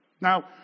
Now